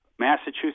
Massachusetts